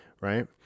right